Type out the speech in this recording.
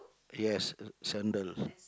yes sandal